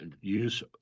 use